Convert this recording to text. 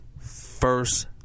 first